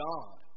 God